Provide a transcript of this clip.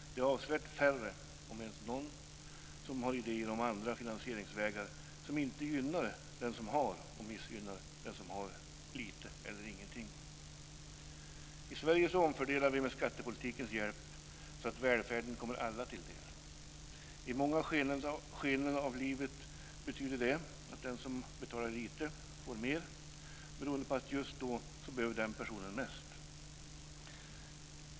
Det är avsevärt färre om ens någon som har idéer om finansieringsvägar som inte gynnar den som har och gynnar den som har lite eller ingenting. I Sverige omfördelar vi med hjälp av skattepolitiken så att välfärden kommer alla till del. I många skeden av livet betyder det att den som betalar lite får mer, beroende på att den personen just då behöver mest.